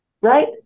right